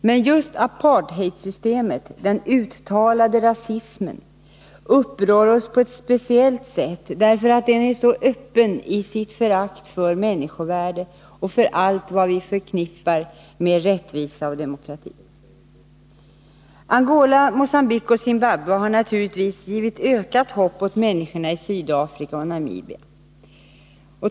Men just apartheidssystemet, den uttalade rasismen, upprör oss på ett speciellt sätt, därför att den är så öppen i sitt förakt för människovärde och för allt vad vi förknippar med rättvisa och demokrati. Angola, Mogambique och Zimbabwe har naturligtvis givit ökat hopp åt människorna i Sydafrika och Namibia.